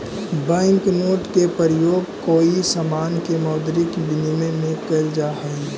bank note के प्रयोग कोई समान के मौद्रिक विनिमय में कैल जा हई